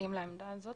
מתנגדים לעמדה הזאת